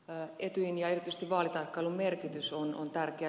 etyjin ja erityisesti vaalitarkkailun merkitys on tärkeä